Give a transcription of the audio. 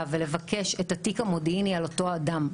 ולבקש את התיק המודיעיני על אותו אדם.